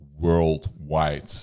worldwide